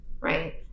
right